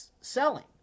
selling